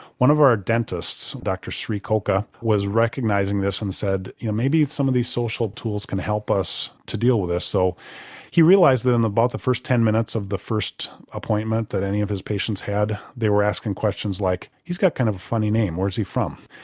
one of our dentists, dr sreenivas koka, was recognising this and said you know maybe some of these social tools can help us to deal with this. so he realised that in about but the first ten minutes of the first appointment that any of his patients had they were asking questions like he's got kind of a funny name, where is he from?